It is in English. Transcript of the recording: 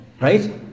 right